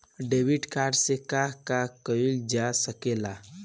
Debit card से का का कइल जा सके ला?